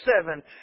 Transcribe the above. seven